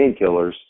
painkillers